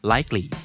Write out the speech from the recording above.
Likely